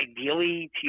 ideally